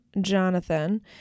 Jonathan